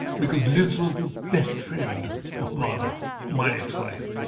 because liz was the best friend of mala, my ex-wife.